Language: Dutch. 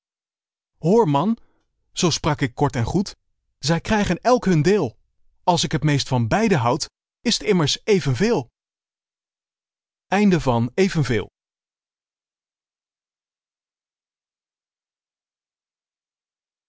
hoor man zoo sprak ik kort en goed zij krijgen elk hun deel als ik het meest van beiden houd is t immers evenveel